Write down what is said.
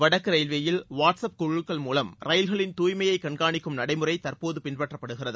வடக்கு ரயில்வேயில் வாட்ஸ்அப் குழுக்கள் மூலம் ரயில்களின் தூய்மையை கண்காணிக்கும் நடைமுறை தற்போது பின்பற்றப்படுகிறது